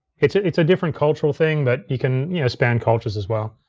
it's it's a different cultural thing, but you can you know span cultures as well.